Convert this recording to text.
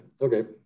Okay